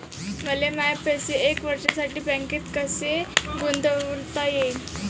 मले माये पैसे एक वर्षासाठी बँकेत कसे गुंतवता येईन?